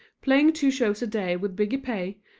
playing two shows a day with bigger pay,